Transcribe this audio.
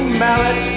mallet